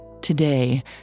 Today